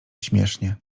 śmiesznie